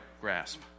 grasp